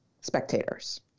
spectators